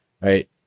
right